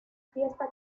fiesta